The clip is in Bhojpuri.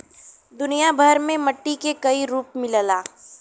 दुनिया भर में मट्टी के कई रूप मिलला